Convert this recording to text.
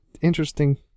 interesting